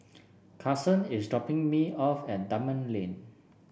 Carson is dropping me off at Dunman Lane